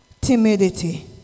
timidity